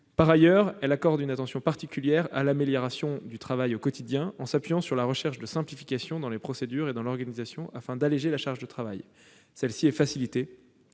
Par ailleurs, elle accorde une attention particulière à l'amélioration du travail au quotidien en s'appuyant sur la recherche de simplifications dans les procédures et dans l'organisation afin d'alléger la charge de travail. Celle-ci est facilitée